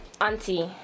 auntie